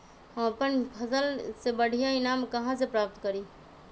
हम अपन फसल से बढ़िया ईनाम कहाँ से प्राप्त करी?